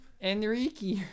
Enrique